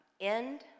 end